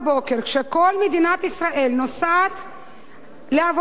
למה בבוקר, כשכל מדינת ישראל נוסעת לעבודה,